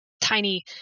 tiny